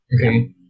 Okay